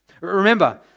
Remember